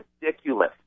ridiculous